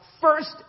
first